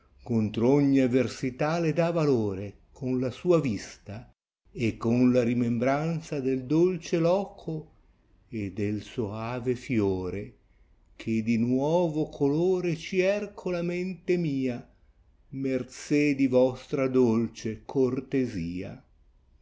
contr ogni avversità le dà valore con la sua vista e con la rimembranza del dolce loco e del soave fiore che di nuovo colore cierco la mente mia merzè di vostra dolce cortesia